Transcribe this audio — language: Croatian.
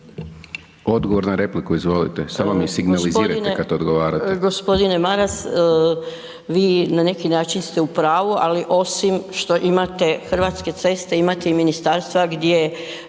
Odgovor na repliku izvolite, samo mi signalizirajte kad odgovarate.